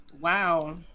wow